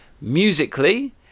musically